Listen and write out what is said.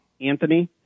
Anthony